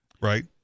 right